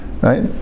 right